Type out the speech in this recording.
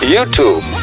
YouTube